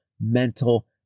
mental